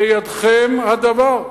בידכם הדבר.